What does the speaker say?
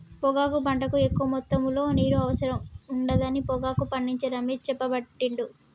పొగాకు పంటకు ఎక్కువ మొత్తములో నీరు అవసరం ఉండదని పొగాకు పండించే రమేష్ చెప్పబట్టిండు